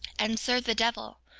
and serve the devil,